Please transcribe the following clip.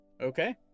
Okay